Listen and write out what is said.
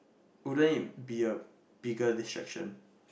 wouldn't it be a biggest disruption